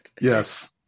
Yes